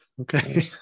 Okay